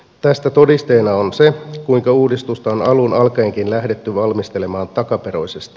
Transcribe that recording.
tästä todisteena on se kuinka uudistusta on alun alkaenkin lähdetty valmistelemaan takaperoisesti